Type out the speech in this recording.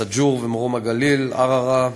סאג'ור ומרום-הגליל, ערערה,